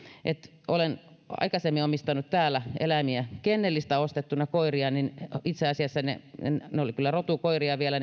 olen aikaisemmin omistanut täällä eläimiä koiria kennelistä ostettuna itse asiassa ne olivat kyllä rotukoiria vielä